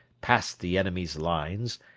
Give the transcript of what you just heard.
passed the enemy's lines,